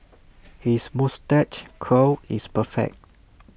his moustache curl is perfect